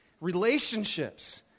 Relationships